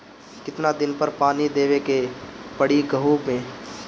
कितना दिन पर पानी देवे के पड़ी गहु में?